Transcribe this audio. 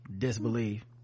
Disbelief